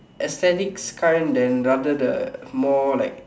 aesthetics kind than rather the more like